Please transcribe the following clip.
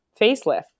facelift